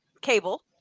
cable